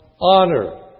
honor